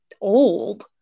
old